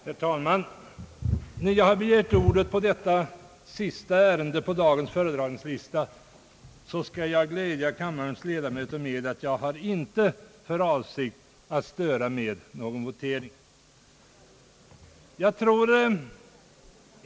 Herr talman! När jag begärt ordet i detta sista ärende på dagens föredragningslista skall jag glädja kammarens ledamöter med att jag inte har för avsikt att störa genom någon votering!